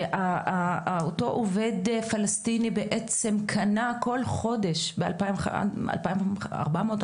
שאותו עובד פלסטיני בעצם קנה כל חודש באלפיים ארבע מאות,